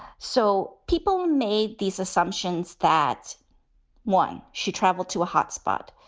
so people made these assumptions. that's why she traveled to a hotspot,